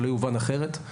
שלא יובן אחרת,